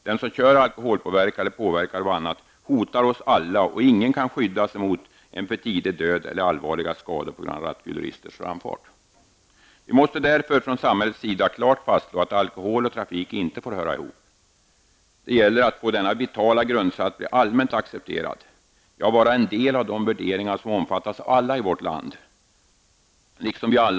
Den som kör alkoholpåverkad eller påverkad av annat hotar oss alla, och ingen kan skydda sig mot en för tidig död eller allvarliga skador på grund av rattfylleristernas framfart. Vi måste därför från samhällets sida klart fastslå att alkohol och trafik inte får höra ihop. Det gäller att få denna vitala grundsats att bli allmänt accepterad, ja, vara en del av de värderingar som omfattas av alla i vårt land.